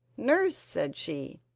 nurse, said she,